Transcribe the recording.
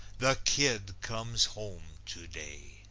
the kid comes home today!